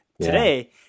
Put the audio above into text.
Today